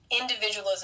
individualism